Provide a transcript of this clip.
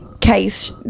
case